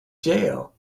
jail